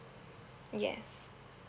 yes